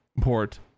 port